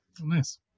Nice